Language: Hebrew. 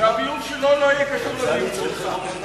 הביוב שלו לא יהיה קשור לביוב שלך.